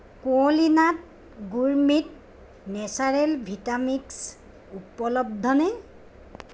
Qualinut gourmet natural Vitamix উপলব্ধ নে